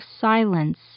silence